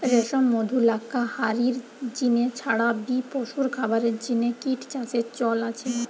রেশম, মধু, লাক্ষা হারির জিনে ছাড়া বি পশুর খাবারের জিনে কিট চাষের চল আছে